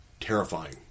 terrifying